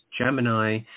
Gemini